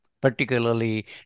particularly